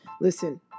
listen